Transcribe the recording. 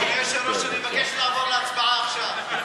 אני מבקש לעבור להצבעה עכשיו.